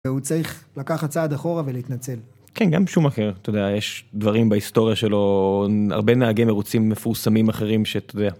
הוא צריך לקחת צעד אחורה ולהתנצל כן גם שומאכר אתה יודע יש דברים בהיסטוריה שלו הרבה נהגי מרוצים מפורסמים אחרים שאתה יודע...